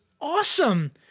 awesome